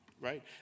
right